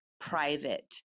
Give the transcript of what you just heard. private